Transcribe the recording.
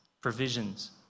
provisions